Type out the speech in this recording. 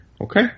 okay